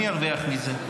מי ירוויח מזה?